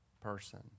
person